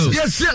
Yes